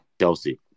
Chelsea